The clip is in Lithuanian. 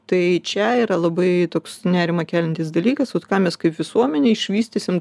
tai čia yra labai toks nerimą keliantis dalykas už ką mes kaip visuomenė išvystysim